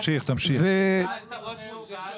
הבנק סופר לי כאילו זה לא הון עצמי ועוד הלוואה.